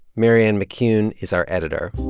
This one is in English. marianne mccune is our editor.